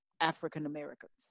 African-Americans